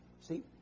See